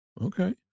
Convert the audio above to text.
okay